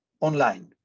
online